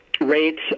rates